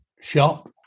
shop